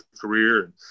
career